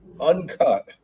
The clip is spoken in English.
uncut